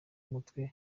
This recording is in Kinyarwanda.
umutwe